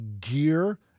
Gear